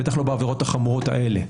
בטח לא בעבירות החמורות האלה.